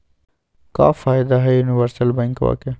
क्का फायदा हई यूनिवर्सल बैंकवा के?